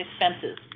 expenses